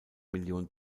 million